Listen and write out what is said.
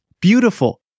beautiful